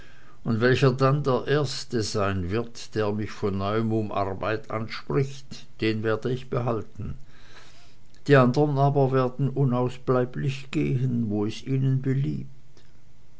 und welcher dann der erste sein wird der mich von neuem um arbeit anspricht den werde ich behalten die andern aber werden unausbleiblich gehen wo es ihnen beliebt